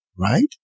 Right